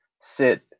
sit